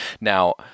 Now